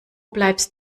bleibst